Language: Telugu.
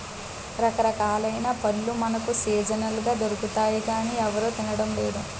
రకరకాలైన పళ్ళు మనకు సీజనల్ గా దొరుకుతాయి గానీ ఎవరూ తినడం లేదు